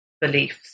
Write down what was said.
beliefs